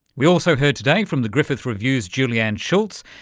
we also heard today from the griffith review's julianne schultz,